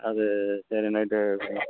அது சரி நைட்டு